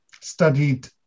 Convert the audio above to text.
studied